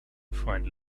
find